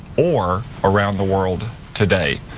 or around the world today.